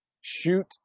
shoot